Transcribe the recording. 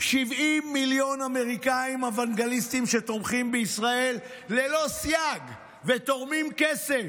70 מיליון אמריקאים אוונגליסטים שתומכים בישראל ללא סייג ותורמים כסף.